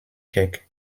tchèques